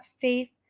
faith